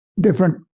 different